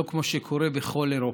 לא כמו שקורה בכל אירופה.